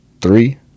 Three